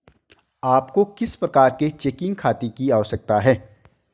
आपको किस प्रकार के चेकिंग खाते की आवश्यकता है?